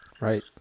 Right